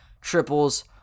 triples